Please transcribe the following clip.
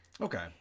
Okay